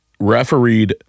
refereed